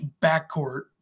backcourt